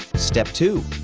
step two.